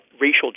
racial